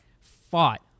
fought